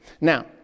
Now